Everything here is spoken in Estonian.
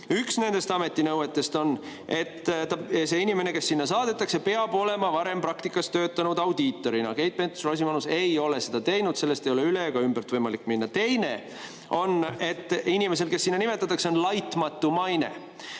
Üks nendest ametinõuetest on, et see inimene, kes sinna saadetakse, peab olema varem praktikas töötanud audiitorina. Keit Pentus-Rosimannus ei ole seda teinud, sellest ei ole üle ega ümbert võimalik minna. Teine on, et inimestel, kes sinna nimetatakse, on laitmatu maine.